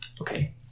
Okay